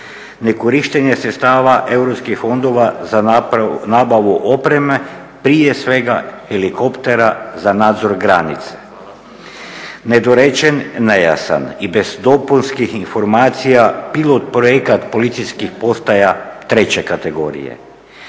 Ne korištenje sredstava europskih fondova za nabavu opreme, prije svega helikoptera za nadzor granice. Nedorečen, nejasan i bez dopunskih informacija pilot projekat policijskih postaja 3. kategorije.